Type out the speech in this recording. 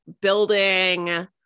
building